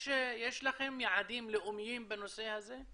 יש לכם יעדים לאומיים בנושא הזה?